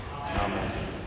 Amen